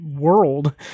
world